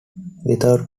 without